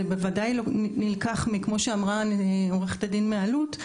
כמו שאמרה עו"ד אלו"ט,